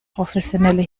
professionelle